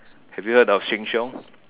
have you heard of Sheng-Siong